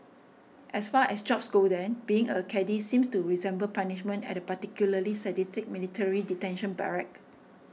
as far as jobs go then being a caddie seems to resemble punishment at a particularly sadistic military detention barrack